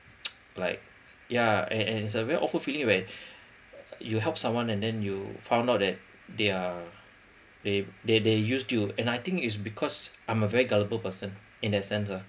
like yeah and and it's a very awful feeling where you help someone and then you found out that they're they they they used to and I think it's because I'm a very gullible person in that sense ah